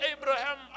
Abraham